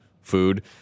food